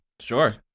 Sure